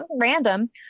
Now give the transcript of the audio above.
random